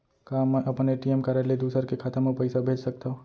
का मैं अपन ए.टी.एम कारड ले दूसर के खाता म पइसा भेज सकथव?